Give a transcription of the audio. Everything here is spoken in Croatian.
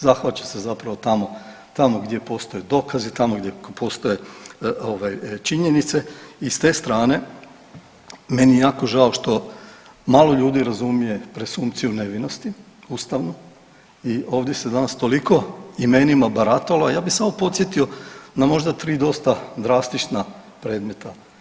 Zahvaća se zapravo tamo, tamo gdje postoje dokazi, tamo gdje postoje ovaj činjenice i s te strane meni je jako žao što malo ljudi razumije presumpciju nevinosti ustavnu i ovdje se danas toliko imenima barata ovaj ja bi samo podsjetio na možda 3 dosta drastična predmeta.